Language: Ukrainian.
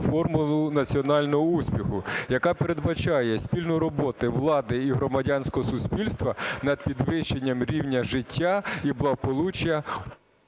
формулу національного успіху, яка передбачає спільну роботу влади і громадянського суспільства над підвищенням рівня життя і благополуччя